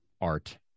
art